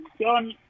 John